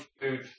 food